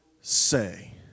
say